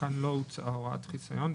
וכאן לא הוצעה הוראת חיסיון.